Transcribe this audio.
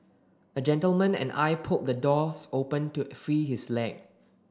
a gentleman and I pulled the doors open to free his leg